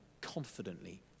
confidently